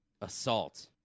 assault